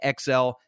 XL